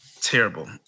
terrible